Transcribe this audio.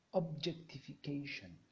objectification